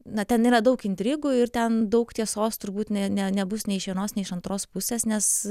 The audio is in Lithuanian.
na ten yra daug intrigų ir ten daug tiesos turbūt nė ne nebus nei iš vienos nei iš antros pusės nes